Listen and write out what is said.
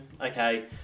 okay